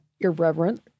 irreverent